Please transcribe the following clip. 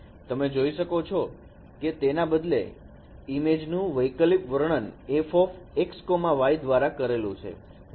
તમે જોઈ શકો છો કે તેના બદલે ઈમેજ નું વૈકલ્પિક વર્ણન fxy દ્વારા કરેલું છે